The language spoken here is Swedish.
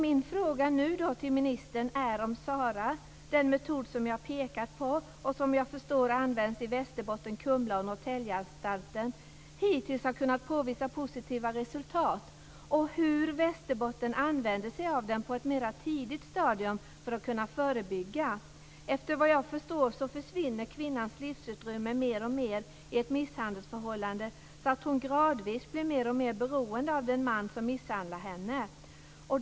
Min fråga till ministern är om SARA, den metod jag pekat på och som jag förstår används i Västerbotten liksom på Kumla och Norrtäljeanstalterna, hittills har kunnat påvisa positiva resultat, och hur använder man sig av den i Västerbotten på ett tidigare stadium för att kunna förebygga? Efter vad jag förstår försvinner kvinnans livsutrymme mer och mer i ett misshandelsförhållande, så att hon gradvis blir mer och mer beroende av den man som misshandlar henne.